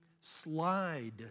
slide